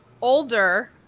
older